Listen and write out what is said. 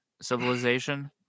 civilization